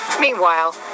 Meanwhile